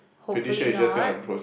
hopefully not